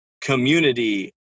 community